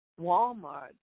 Walmart